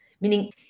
Meaning